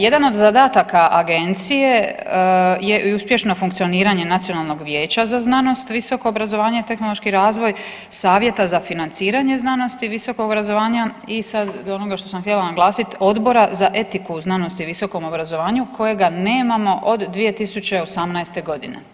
Jedan od zadataka agencije je i uspješno funkcioniranje Nacionalnog vijeća za znanost, visoko obrazovanje i tehnološki razvoj, savjeta za financiranje znanosti i visokog obrazovanja i sad do onoga što sam htjela naglasiti odbora za etiku u znanosti i visokom obrazovanju kojega nemamo od 2018. godine.